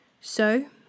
So